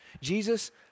Jesus